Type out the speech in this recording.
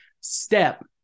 step